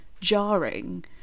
jarring